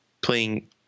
playing